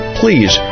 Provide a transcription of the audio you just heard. please